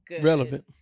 Relevant